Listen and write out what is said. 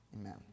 amen